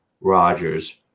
Rogers